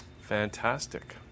Fantastic